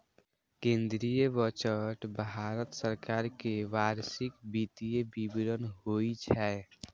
केंद्रीय बजट भारत सरकार के वार्षिक वित्तीय विवरण होइ छै